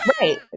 Right